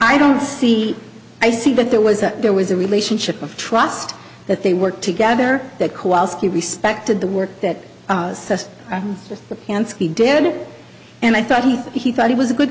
i don't see i see that there was a there was a relationship of trust that they worked together that koalas he respected the work that he did and i thought he he thought it was a good